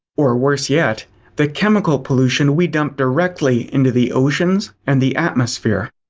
or worse yet the chemical pollution we dump directly into the oceans and the atmosphere.